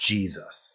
Jesus